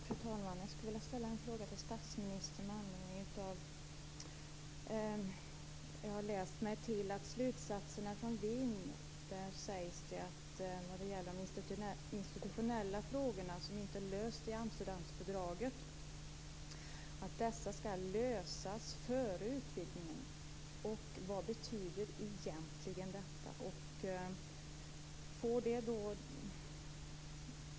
Fru talman! Jag skulle vilja ställa en fråga till statsministern. Jag har läst mig till att det sägs i slutsatserna från Wien, vad gäller de institutionella frågorna som inte har lösts i Amsterdamfördraget, att dessa skall lösas före utvidgningen. Vad betyder egentligen detta?